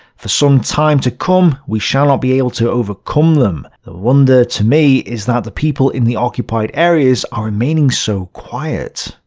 for some time to come we shall not be able to overcome them. the wonder to me is that the people in the occupied areas are remaining so quiet.